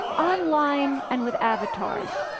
online and with avatars.